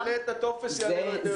למלא את הטופס יעלה לו יותר.